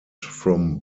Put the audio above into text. from